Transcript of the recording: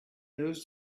those